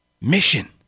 mission